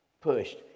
pushed